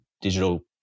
digital